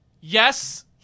yes